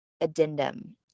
addendum